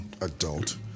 adult